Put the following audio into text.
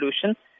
solution